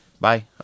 Bye